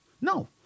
No